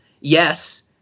Yes